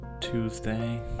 tuesday